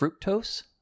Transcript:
fructose